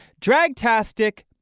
Dragtastic